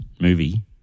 movie